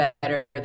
better